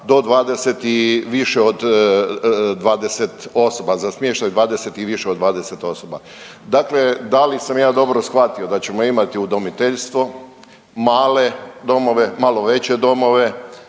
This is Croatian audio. do 20 i više od 20 osoba za smještaj 20 i više od 20 osoba. Dakle, da li sam ja dobro shvatio da ćemo imati udomiteljstvo, male domove, malo veće domove